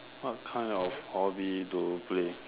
what kind of hobby do you play